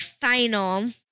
final